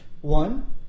One